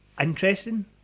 interesting